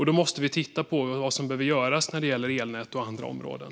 Då måste vi titta på vad som behöver göras när det gäller elnät och andra områden.